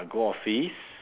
I go office